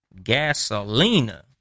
Gasolina